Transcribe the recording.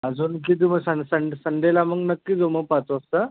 अजून किती वर्षाने सन सन संडे ला मग नक्की जाऊ मग पाच वाजता